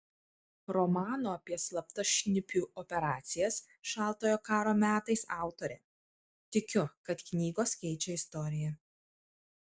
romano apie slaptas šnipių operacijas šaltojo karo metais autorė tikiu kad knygos keičia istoriją